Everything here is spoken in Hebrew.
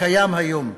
הקיים כיום,